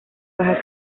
baja